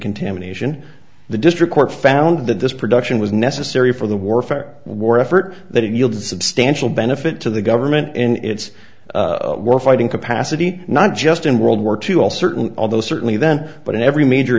contamination the district court found that this production was necessary for the warfare war effort that it yielded substantial benefit to the government and its were fighting capacity not just in world war two all certain although certainly then but in every major